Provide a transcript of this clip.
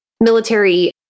military